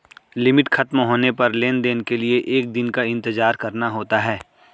limit खत्म होने पर लेन देन के लिए एक दिन का इंतजार करना होता है